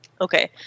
Okay